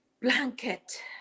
blanket